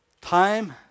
Time